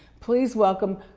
please welcome,